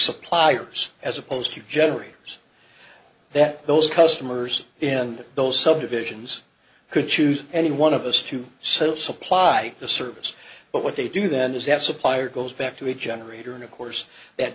suppliers as opposed to generators that those customers in those subdivisions could choose any one of us to sell supply the service but what they do then is that supplier goes back to a generator and of course